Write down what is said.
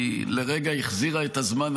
היא לרגע החזירה את הזמן,